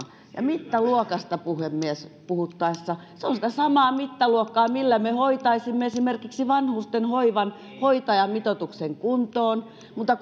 ja mittaluokasta puhemies puhuttaessa se on sitä samaa mittaluokkaa millä me hoitaisimme esimerkiksi vanhusten hoivan hoitajamitoituksen kuntoon mutta